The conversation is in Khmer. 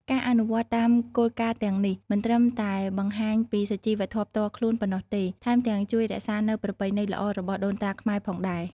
ការអនុវត្តតាមគោលការណ៍ទាំងនេះ មិនត្រឹមតែបង្ហាញពីសុជីវធម៌ផ្ទាល់ខ្លួនប៉ុណ្ណោះទេ ថែមទាំងជួយរក្សានូវប្រពៃណីល្អរបស់ដូនតាខ្មែរផងដែរ។